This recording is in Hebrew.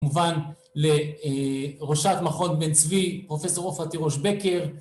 כמובן לראשת מכון בין צבי, פרופסור עופרה תירוש בקר